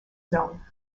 zone